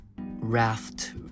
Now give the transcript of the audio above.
raft